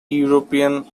european